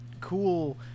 cool